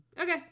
Okay